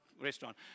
restaurant